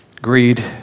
Greed